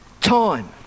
Time